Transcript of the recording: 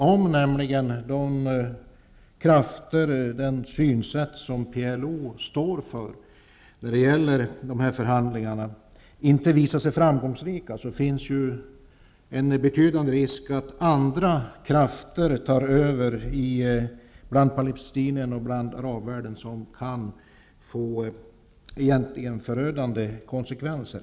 Om de krafter och det synsätt som PLO står för i förhandlingarna inte visar sig framgångsrika, finns det nämligen en betydande risk för att andra krafter tar över bland palestinierna och i arabvärlden, något som kan få förödande konsekvenser.